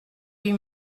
huit